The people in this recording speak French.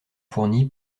fourni